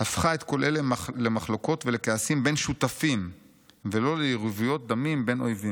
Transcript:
הפכה את כל אלה למחלוקות ולכעסים בין שותפים ולא ליריבויות בין אויבים.